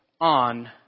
on